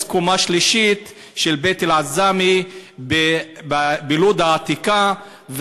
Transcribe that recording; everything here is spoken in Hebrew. קומה שלישית של בית אל-עזאמי בלוד העתיקה,